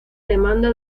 demanda